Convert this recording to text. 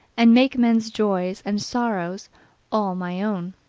and make man's joys and sorrows all my own.